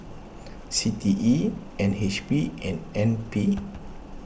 C T E N H B and N P